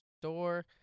store